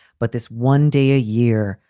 but this one day a year,